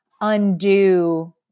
undo